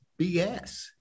BS